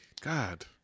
God